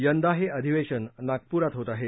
यंदा हे अधिवेशन नागपुरात होत आहे